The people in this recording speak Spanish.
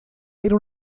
era